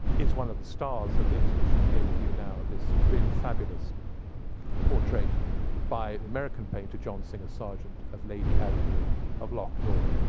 is one of the stars of the exhibition here with you now, this really fabulous portrait by the american painter john singer sargent, of lady adnew of lochnor,